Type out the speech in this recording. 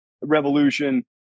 revolution